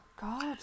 God